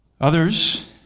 Others